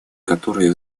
которые